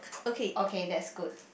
okay that's good